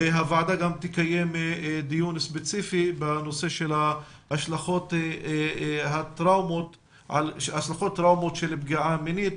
הוועדה גם תקיים דיון ספציפי בנושא של השלכות טראומות של פגיעה מינית,